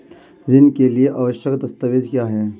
ऋण के लिए आवश्यक दस्तावेज क्या हैं?